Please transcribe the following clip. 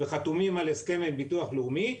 וחתומים על הסכם עם ביטוח לאומי,